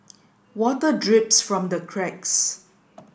water drips from the cracks